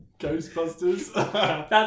Ghostbusters